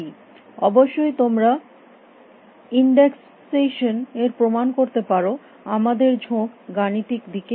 অবশ্যই তোমরা ইনডেক্সসেশন করে প্রমাণ করতে পারো আমাদের ঝোঁক গাণিতিক দিকে বেশী